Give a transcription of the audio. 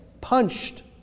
punched